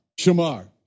shamar